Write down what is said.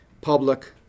public